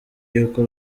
y’uko